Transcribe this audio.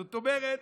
זאת אומרת,